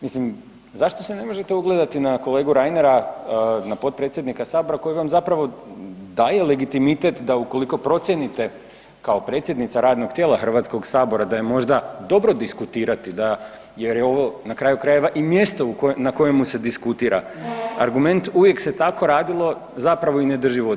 Mislim, zašto se ne možete ugledati na kolegu Reinera, na potpredsjednika sabora koji vam zapravo daje legitimitet da ukoliko procijenite kao predsjednica radnog tijela HS da je možda dobro diskutirati jer je ovo na kraju krajeva i mjesto na kojemu se diskutira, argument „uvijek se tako radilo“ zapravo i ne drži vodu.